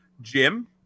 Jim